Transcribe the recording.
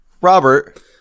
Robert